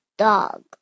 dog